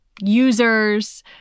users